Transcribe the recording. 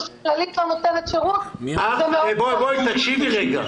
שכללית לא נותנת שירות --- תקשיבי רגע,